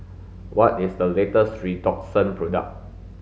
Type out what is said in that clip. what is the latest Redoxon product